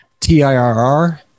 TIRR